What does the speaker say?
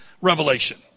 revelation